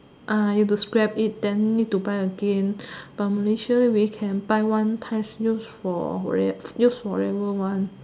uh you have to scrap it then need to buy again but Malaysia we can buy one time use for very use forever one